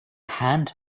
hand